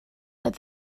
that